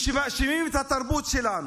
מאשימים את התרבות שלנו,